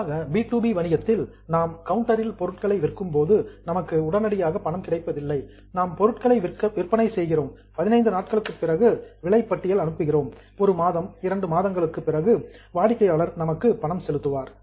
பொதுவாக பி2பி வணிகத்தில் நாம் கவுண்டரில் பொருட்களை விற்கும் போது நமக்கு உடனடியாக பணம் கிடைப்பதில்லை நாம் பொருட்களை விற்பனை செய்கிறோம் 15 நாட்களுக்கு பிறகு பில் விலைப்பட்டியல் அனுப்புகிறோம் ஒரு மாதம் இரண்டு மாதங்களுக்கு பிறகு கஸ்டமர் வாடிக்கையாளர் நமக்கு பணம் செலுத்துவார்